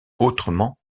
autrement